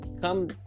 come